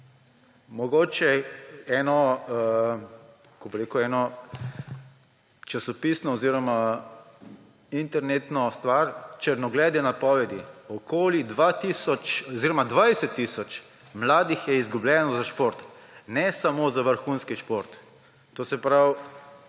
Mogoče eno, kako bi rekel, eno časopisno oziroma internetno stvar. Črnoglede napovedi: okoli 20 tisoč mladih je izgubljenih za šport, ne samo za vrhunski šport. Ogromno.